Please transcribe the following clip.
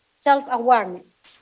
self-awareness